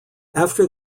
after